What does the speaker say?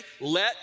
let